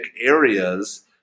areas